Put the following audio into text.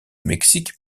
mexique